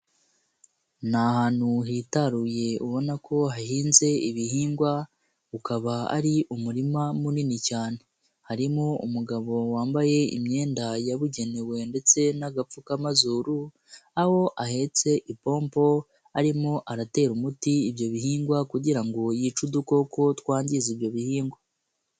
Ni ahantu hitaruye ubona ko hahinze ibihingwa ukaba ari umurima munini cyane, harimo umugabo wambaye imyenda yabugenewe ndetse n'agapfukamazuru, aho ahetse ipombo arimo aratera umuti ibyo bihingwa kugira ngo yice udukoko twangiza ibyo bihingwa.